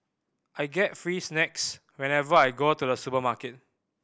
I get free snacks whenever I go to the supermarket